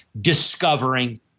discovering